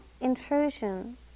intrusion